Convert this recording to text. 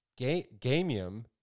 Gamium